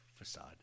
Facade